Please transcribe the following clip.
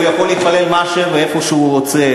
הוא יכול להתפלל מה ואיפה שהוא רוצה.